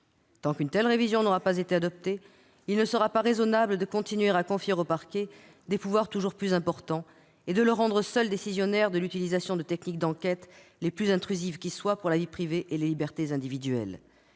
Tant qu'une telle révision n'aura pas été adoptée, il ne sera pas raisonnable de continuer à confier au parquet des pouvoirs toujours plus importants et de le rendre seul décisionnaire de l'utilisation de techniques d'enquête les plus intrusives qui soient pour la vie privée et les libertés individuelles.